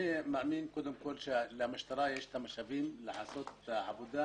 אני מאמין שלמשטרה יש את המשאבים לעשות את העבודה